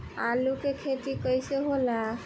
आलू के खेती कैसे होला?